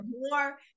more